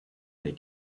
they